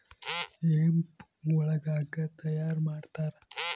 hemp ಒಳಗ ಹಗ್ಗ ತಯಾರ ಮಾಡ್ತಾರ